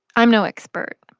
i'm no expert,